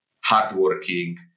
hardworking